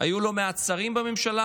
שהיו לא מעט שרים בממשלה